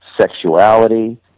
sexuality